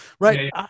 right